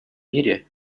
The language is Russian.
мире